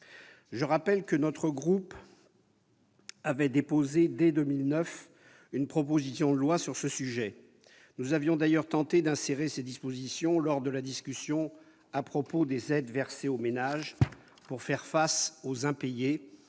Je rappelle que notre groupe avait déposé, dès 2009, une proposition de loi sur ce sujet. Nous avions d'ailleurs tenté d'insérer ces dispositions lors de la discussion sur les aides versées aux ménages pour faire face aux impayés,